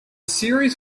series